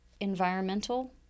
environmental